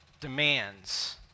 demands